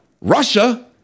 Russia